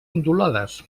ondulades